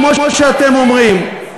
כמו שאתם אומרים,